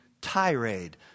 tirade